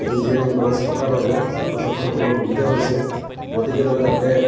engineering college থকাৰ বাবে ছাত্ৰ ছাত্ৰীসকলৰ সুবিধা হৈছে গতিকে লৈ তাতে